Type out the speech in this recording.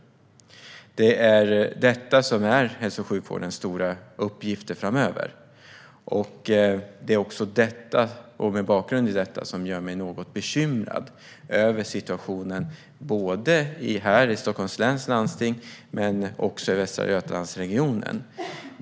Detta är hälso och sjukvårdens stora uppgifter framöver, och det är också med detta som bakgrund som jag blir något bekymrad över situationen både här i Stockholms läns landsting och i Västra Götalandsregionen.